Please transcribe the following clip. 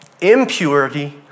impurity